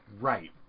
Right